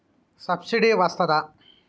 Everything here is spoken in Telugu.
సబ్సిడీ వస్తదా?